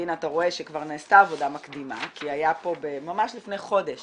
והנה אתה רואה שכבר נעשתה עבודה מקדימה כי ממש לפני חודש